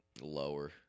Lower